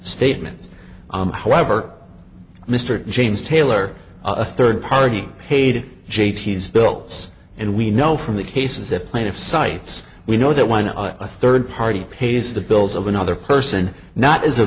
statement however mr james taylor a third party paid j t's built and we know from the cases that plaintiff cites we know that one third party pays the bills of another person not as a